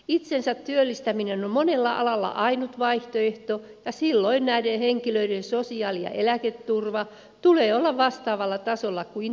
itsensä työllistäminen on monella alalla ainut vaihtoehto ja silloin näiden henkilöiden sosiaali ja eläketurvan tulee olla vastaavalla tasolla kuin työntekijöidenkin on